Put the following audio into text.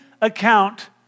account